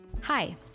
Hi